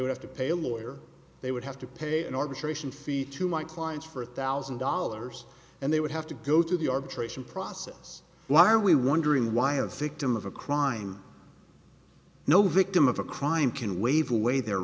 would have to pay a lawyer they would have to pay an arbitration fee to my clients for a thousand dollars and they would have to go through the arbitration process why are we wondering why a victim of a crime no victim of a crime can waive away their